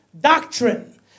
doctrine